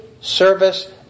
service